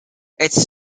its